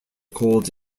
cold